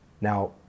Now